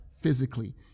physically